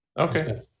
Okay